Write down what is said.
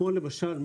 כמו למשל,